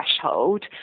threshold